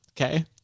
okay